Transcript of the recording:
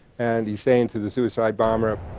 and he's saying to the suicide bomber,